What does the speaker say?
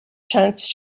chance